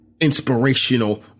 inspirational